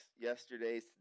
yesterday's